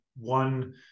one